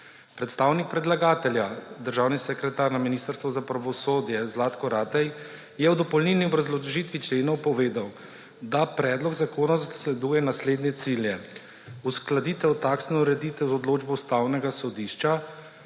Predstavnik predlagatelja, državni sekretar na Ministrstvu za pravosodje Zlatko Ratej, je v dopolnilni obrazložitvi členov povedal, da predlog zakona zasleduje naslednje cilje. Uskladitev taksne ureditev z odločbo ustavnega sodišča,